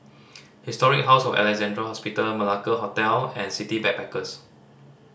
Historic House of Alexandra Hospital Malacca Hotel and City Backpackers